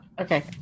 Okay